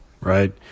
right